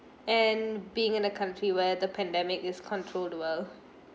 and being in a country where the pandemic is controlled well